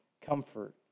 comfort